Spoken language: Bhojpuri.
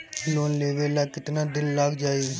लोन लेबे ला कितना दिन लाग जाई?